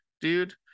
dude